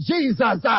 Jesus